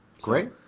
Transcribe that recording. Great